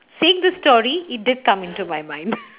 saying the story it did come into my mind